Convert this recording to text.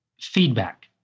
feedback